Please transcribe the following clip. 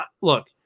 look